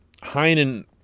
Heinen